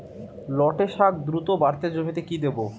লটে শাখ দ্রুত বাড়াতে জমিতে কি দেবো?